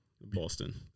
Boston